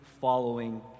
following